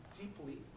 deeply